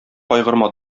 кайгырма